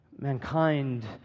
mankind